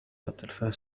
التلفاز